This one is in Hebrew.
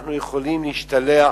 ואנחנו יכולים להשתלח